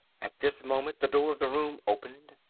at this moment the door of the room opened.